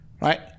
Right